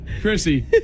Chrissy